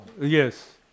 Yes